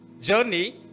journey